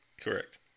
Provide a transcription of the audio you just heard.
correct